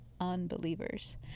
unbelievers